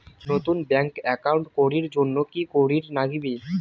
নতুন bank account করির জন্যে কি করিব নাগিবে?